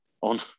on